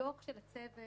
הדוח של הצוות